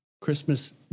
Christmas